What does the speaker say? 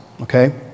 okay